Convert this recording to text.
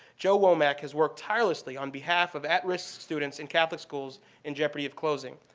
joe womac has worked tirelessly on behalf of at-risk students in catholic schools in jeopardy of closing.